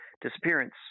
disappearance